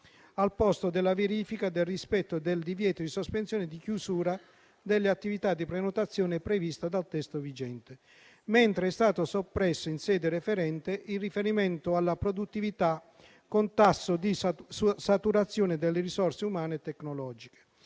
(al posto della verifica del rispetto del divieto di sospensione di chiusura delle attività di prenotazione, prevista dal testo vigente) mentre è stato soppresso in sede referente il riferimento alla «produttività con tasso di saturazione delle risorse umane e tecnologiche».